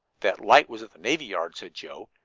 that light was at the navy yard, said joe,